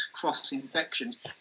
cross-infections